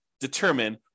determine